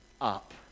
up